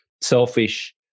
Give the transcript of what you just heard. selfish